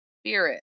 spirit